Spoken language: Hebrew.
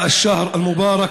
(אומר דברים בשפה הערבית: